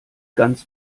ganz